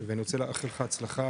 ואני רוצה לאחל לך הצלחה,